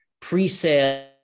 pre-sale